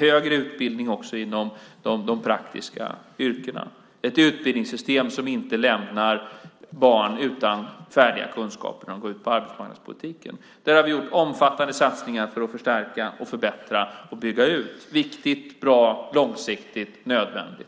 högre utbildning också inom de praktiska yrkena och ett utbildningssystem som inte lämnar unga utan färdiga kunskaper när de går ut på arbetsmarknaden. Vi har gjort omfattande satsningar för att förstärka, förbättra och bygga ut. Det är viktigt, bra, långsiktigt och nödvändigt.